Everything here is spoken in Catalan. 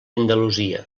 andalusia